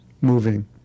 moving